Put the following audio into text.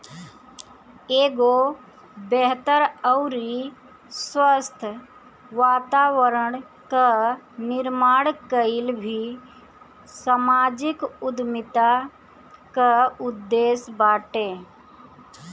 एगो बेहतर अउरी स्वस्थ्य वातावरण कअ निर्माण कईल भी समाजिक उद्यमिता कअ उद्देश्य बाटे